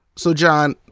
so john,